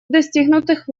достигнутых